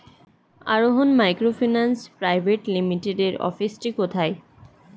আরোহন microfinance private লিমিটেডের অফিসটি কোথায়?